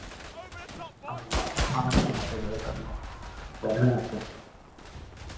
खान पान तऽ छेबै करलै बढ़िआँसँ